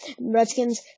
Redskins